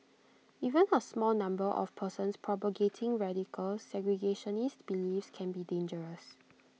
even A small number of persons propagating radical segregationist beliefs can be dangerous